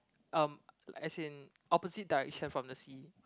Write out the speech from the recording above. um as in opposite direction from the sea